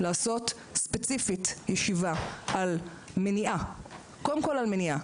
לעשות ספציפית ישיבה קודם כל על מניעה.